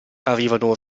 arrivano